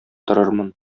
торырмын